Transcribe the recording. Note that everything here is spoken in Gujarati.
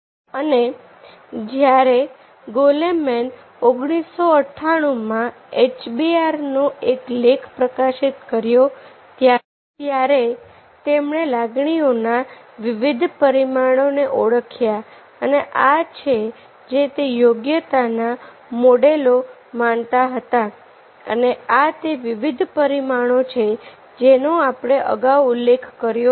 અને જ્યારે ગોલેમેન 1998 માં એચબીઆર નો એક લેખ પ્રકાશિત કર્યો ત્યારે તેમણે લાગણીઓના વિવિધ પરિમાણોને ઓળખ્યા અને આ છે જે તે યોગ્યતા ના મોડેલો માનતો હતો અને આ તે વિવિધ પરિમાણો છે જેનો આપણે અગાઉ ઉલ્લેખ કર્યો છે